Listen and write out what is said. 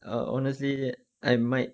err honestly eh I might